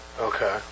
Okay